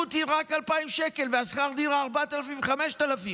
השכירות היא רק 2,000 שקל ושכר הדירה 4,000 ו-5,000.